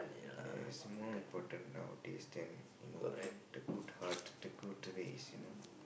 yes it's more important nowadays than you know the good heart the good ways you know